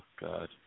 God